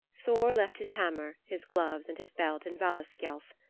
thor left his hammer, his gloves, and his belt in valaskjalf.